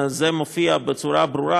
זה מופיע בצורה ברורה,